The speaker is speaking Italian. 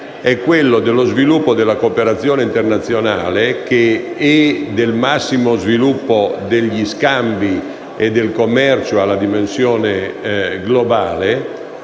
è quello dello sviluppo della cooperazione internazionale e del massimo sviluppo degli scambi e del commercio in una dimensione globale,